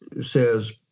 says